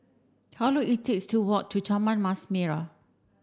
how long it take to walk to Taman Mas Merah